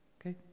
Okay